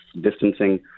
distancing